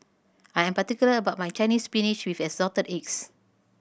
I'm particular about my Chinese Spinach with Assorted Eggs